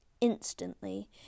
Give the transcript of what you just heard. Instantly